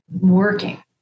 working